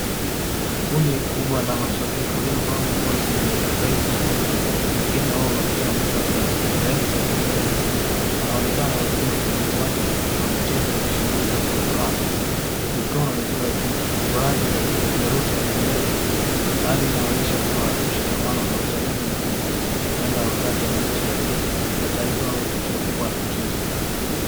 Kundi kubwa la mashabiki waliovaa nguo zenye rangi tofauti, wengine wao wakiwa wamevalia rangi za bendera ya Kenya. Wanaonekana wakiwa kwenye uwanja wa michezo wakishangilia kwa furaha, mikono ikiwa juu, baadhi wakipeperusha bendera ya Kenya. Hali inaonyesha furaha, mshikamano na uzalendo mkubwa. Huenda wakati wa mechi ya timu ya taifa au tukio kubwa la mchezo.